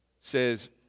says